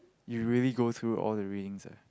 you really go through all the readings ah